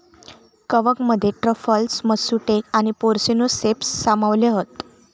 कवकमध्ये truffles, matsutake आणि porcini ceps सामावले हत